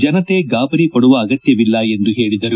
ಜನತೆ ಗಾಬರಿ ಪಡುವ ಅಗತ್ತವಿಲ್ಲ ಎಂದು ಹೇಳಿದರು